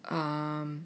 um